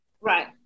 Right